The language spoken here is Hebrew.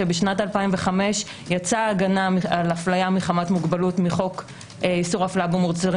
בשנת 2005 יצאה הגנה על אפליה מחמת מוגבלות מחוק איסור אפליה במוצרים